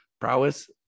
prowess